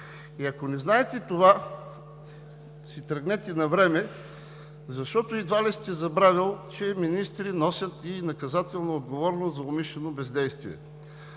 Ако не знаете това, си тръгнете навреме, защото едва ли сте забравил, че министри носят и наказателна отговорност за умишлено бездействие.